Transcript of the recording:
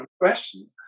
question